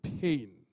pain